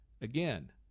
Again